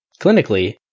Clinically